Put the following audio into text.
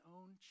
own